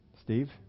Steve